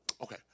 Okay